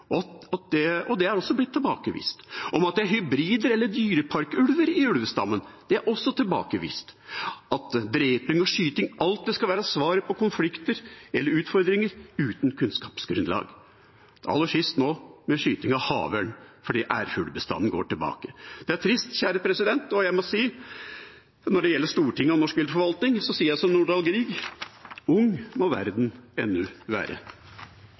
mistanker om at gentesten er feil, er også blitt tilbakevist. At det er hybrider eller dyreparkulver i ulvestammen, er også tilbakevist. Dreping og skyting skal alltid være svaret på konflikter eller utfordringer, uten kunnskapsgrunnlag, aller sist nå ved skyting av havørn fordi ærfuglbestanden går tilbake. Det er trist. Når det gjelder Stortinget og norsk viltforvaltning, sier jeg som Nordahl Grieg: «Ung må verden ennu være».